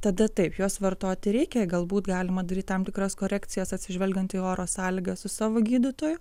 tada taip juos vartoti reikia galbūt galima daryt tam tikras korekcijas atsižvelgiant į oro sąlygas su savo gydytoju